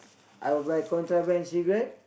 I will buy contraband cigarette